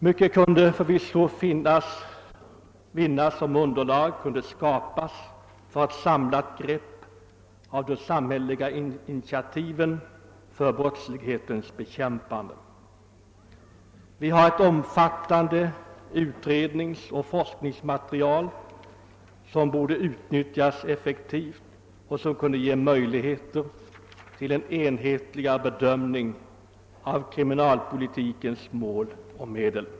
Mycket kunde förvisso vinnas genom ett samlat grepp kring de samhälleliga initiativen för brottslighetens bekämpande. Vi har ett omfattande utredningsoch forskningsmaterial som borde utnyttjas effektivt och som kunde ge möjligheter till en enhetligare bedömning av kriminalpolitikens mål och medel.